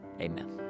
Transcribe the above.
Amen